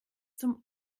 zum